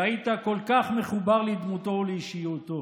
שהיית כל כך מחובר לדמותו ולאישיותו.